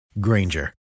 Granger